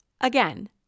Again